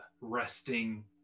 resting